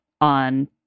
on